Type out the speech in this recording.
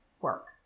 work